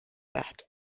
that